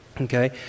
okay